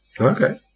Okay